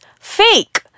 fake